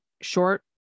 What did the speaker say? short